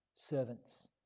Servants